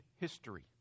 history